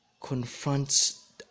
confronts